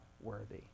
worthy